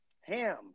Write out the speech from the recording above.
ham